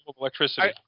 Electricity